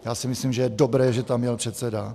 Já si myslím, že je dobré, že tam jel předseda.